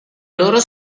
loro